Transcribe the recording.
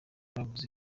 bavuze